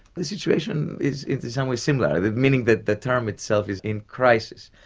the situation is in some ways similar, meaning that the term itself is in crisis.